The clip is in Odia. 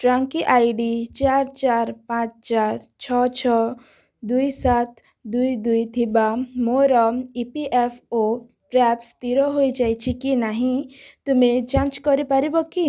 ଟ୍ରାକିଂ ଆଇ ଡି ଚାରି ଚାରି ପାଞ୍ଚ ଚାରି ଛଅ ଛଅ ଦୁଇ ସାତ ଦୁଇ ଦୁଇ ଥିବା ମୋର ଇ ପି ଏଫ୍ ଓ ପ୍ରାପ୍ସ ସ୍ଥିର ହୋଇଯାଇଛି କି ନାହିଁ ତୁମେ ଯାଞ୍ଚ କରିପାରିବ କି